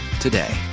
today